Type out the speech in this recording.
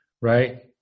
right